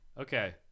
Okay